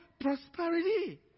Prosperity